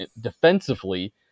defensively